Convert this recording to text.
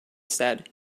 said